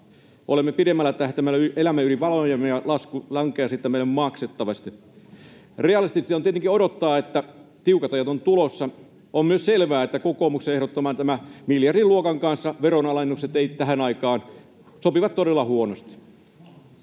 ottaa, pidemmällä tähtäimellä elämme yli varojemme ja lasku lankeaa sitten meidän maksettavaksemme. Realistista on tietenkin odottaa, että tiukat ajat ovat tulossa. On myös selvää, että kokoomuksen ehdottamat miljardiluokan veronalennukset sopivat tähän aikaan todella huonosti.